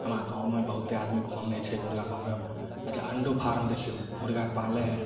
हमरा गाँवमे बहुते आदमी खोलने छै मुर्गा फारम अच्छा अण्डो फारम देखियौ मुर्गा पालै हइ